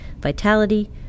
vitality